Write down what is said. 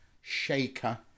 shaker